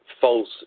false